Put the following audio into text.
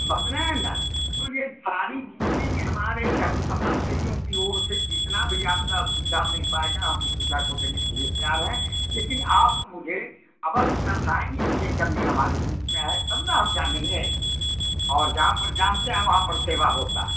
समझ रहे हैं ना तो यह सारी जितनी भी हमारे हम समाजसेवियों की ओर से जितनी भी आपकी सुविधा मिल पाएगी हम सुविधा को देने के लिए तैयार हैं लेकिन आप मुझे अवश्य दर्शाएँगी कि यह कमी हमारे बीच में है तब न हम जानेंगे और जहाँ पर जानते हैं वहाँ पर सेवा होता है